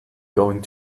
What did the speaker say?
going